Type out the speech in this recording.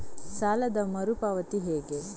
ಸಾಲದ ಮರು ಪಾವತಿ ಹೇಗೆ?